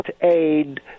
aid